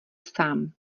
sám